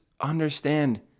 understand